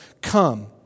come